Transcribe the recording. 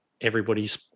everybody's